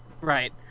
Right